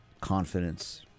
confidence